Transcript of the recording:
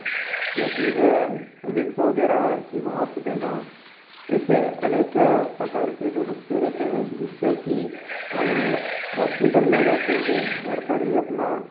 या फिर विक्स वगैरह की भाप देना इसे अनेक प्रकार के जो नुस्ख़े रहते हैं जिससे कि हम हॉस्पिटल न जाते हुए घर पर ही अपना